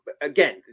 Again